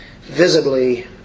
visibly